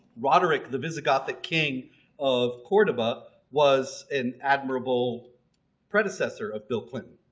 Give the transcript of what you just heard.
roderic, the visigothic king of cordoba, was an admirable predecessor of bill clinton.